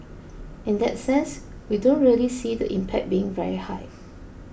in that sense we don't really see the impact being very high